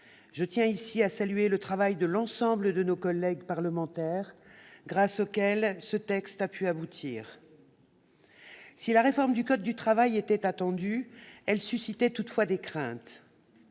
je tiens ici à saluer le travail de l'ensemble de nos collègues parlementaires, grâce auxquels ce texte a pu aboutir. Si la réforme du code du travail était attendue, elle suscitait toutefois des craintes.